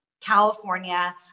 california